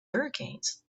hurricanes